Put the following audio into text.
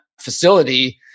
facility